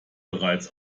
bereits